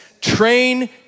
train